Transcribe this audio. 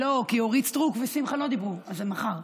לא, אורית סטרוק ושמחה לא דיברו, אז זה מחר?